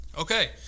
Okay